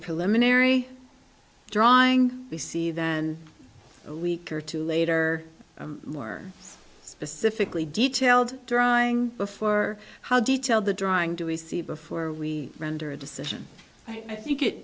preliminary drawing we see then a week or two later more specifically detailed drawing before how detailed the drawing do we see before we render a decision i think it